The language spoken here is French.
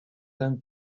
d’un